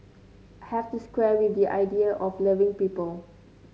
have to square with the idea of loving people